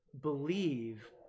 believe